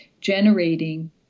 generating